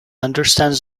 understands